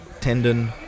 tendon